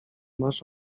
masz